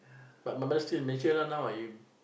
but my mother still in Malaysia lah now I